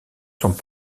sont